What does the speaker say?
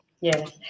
yes